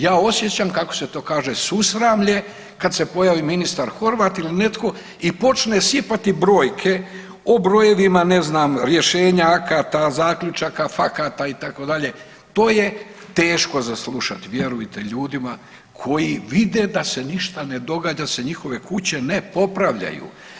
Ja osjećam kako se to kaže susramlje kada se pojavi ministar Horvat ili netko i počne sipati brojke o brojevima ne znam rješenja akata, zaključaka, fakata itd. to je teško za slušati vjerujte ljudima koji vide da se ništa ne događa da se njihove kuće ne popravljaju.